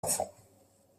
enfants